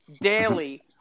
daily